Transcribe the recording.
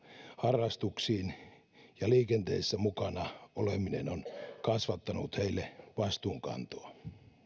harrastuksiin ja liikenteessä mukana oleminen on opettanut heille vastuunkantoa